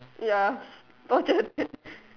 ya